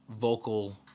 Vocal